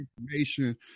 information